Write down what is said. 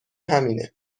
همینه